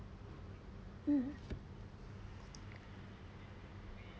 mm